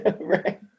Right